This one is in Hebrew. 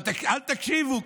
אל תקשיבו,